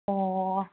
ꯑꯣ